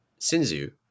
sinzu